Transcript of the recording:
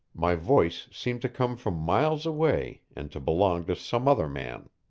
my voice seemed to come from miles away, and to belong to some other man.